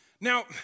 Now